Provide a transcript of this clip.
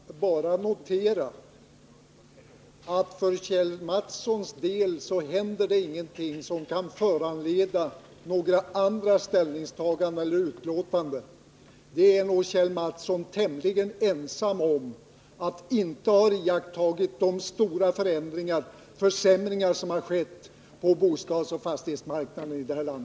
Herr talman! Jag vill bara notera att för Kjell Mattssons del händer ingenting som kan föranleda några andra ställningstaganden eller utlåtanden. Kjell Mattsson är tämligen ensam om att inte ha iakttagit de stora försämringar som skett på bostadsoch fastighetsmarknaden i detta land.